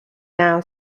now